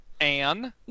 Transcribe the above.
Anne